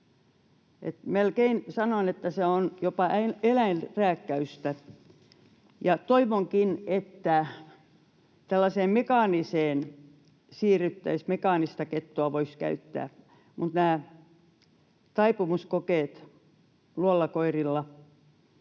Melkein sanon, että se on jopa eläinrääkkäystä. Toivonkin, että siirryttäisiin siihen, että mekaanista kettua voisi käyttää. Nämä taipumuskokeet luolakoirilla